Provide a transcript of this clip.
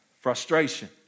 frustration